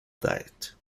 diet